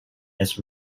its